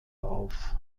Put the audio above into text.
auf